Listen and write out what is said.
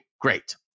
Great